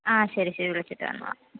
ആ ശരി ശരി വിളിച്ചിട്ട് വന്നാൽ